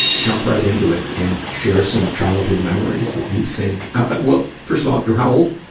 jump right into it and share some childhood memories that you think well, first of all, you're how old?